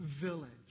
village